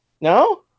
No